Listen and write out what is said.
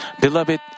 beloved